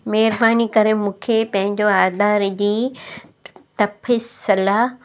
महिरबानी करे मूंखे पंहिंजो आधार जी तफ़सीला